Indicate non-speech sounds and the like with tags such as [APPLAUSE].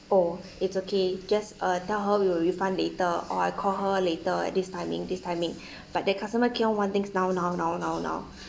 oh it's okay just uh tell her we will refund later or I call her later at this timing this timing [BREATH] but that customer kept on want things now now now now now